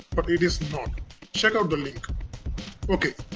but it is not check out the link okay,